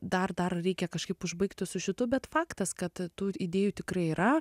dar dar reikia kažkaip užbaigti su šitu bet faktas kad tų idėjų tikrai yra